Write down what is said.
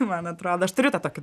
man atrodo aš turiu tą tokį